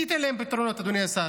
מי ייתן להם פתרונות, אדוני השר?